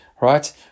right